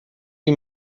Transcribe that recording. wie